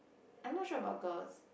I'm not sure about girls